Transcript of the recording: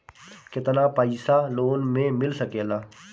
केतना पाइसा लोन में मिल सकेला?